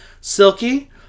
Silky